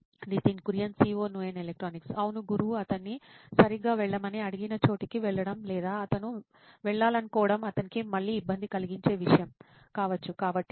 Nitin Kurian COO నోయిన్ electronics అవును గురువు అతన్ని సరిగ్గా వెళ్ళమని అడిగిన చోటికి వెళ్ళడం లేదా అతను వెళ్లాలనుకోవడం అతనికి మళ్ళీ ఇబ్బంది కలిగించే విషయం కావచ్చు కాబట్టి అవును